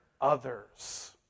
others